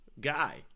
guy